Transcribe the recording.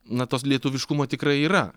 na tos lietuviškumo tikrai yra